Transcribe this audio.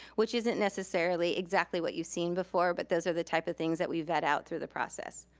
which isn't necessarily exactly what you've seen before, but those are the type of things that we vet out through the process.